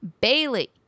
Bailey